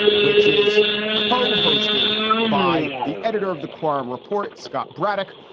which is cohosted by the editor of the quorum report, scott braddock,